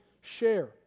share